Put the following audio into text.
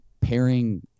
pairing